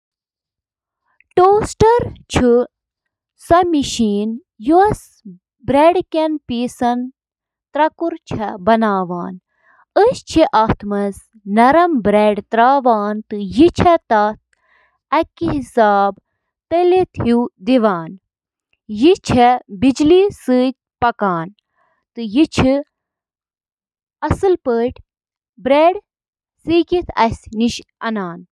اکھ ٹوسٹر چُھ گرمی پٲدٕ کرنہٕ خٲطرٕ بجلی ہنٛد استعمال کران یُس روٹی ٹوسٹس منٛز براؤن چُھ کران۔ ٹوسٹر اوون چِھ برقی کرنٹ سۭتۍ کوائلن ہنٛد ذریعہٕ تیار گژھن وٲل انفراریڈ تابکٲری ہنٛد استعمال کٔرتھ کھین بناوان۔